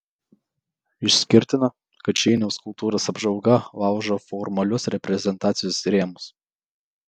išskirtina kad šeiniaus kultūros apžvalga laužo formalius reprezentacijos rėmus